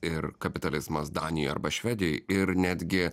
ir kapitalizmas danijoj arba švedijoj ir netgi